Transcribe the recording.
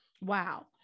Wow